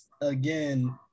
again